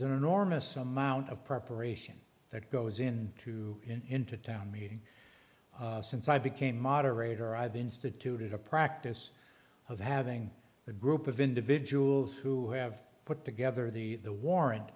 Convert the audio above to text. there's an enormous amount of preparation that goes into into town meeting since i became moderator i've instituted a practice of having a group of individuals who have put together the the warrant